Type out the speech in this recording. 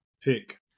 pick